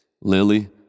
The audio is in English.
Lily